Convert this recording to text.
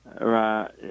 Right